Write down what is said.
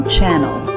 Channel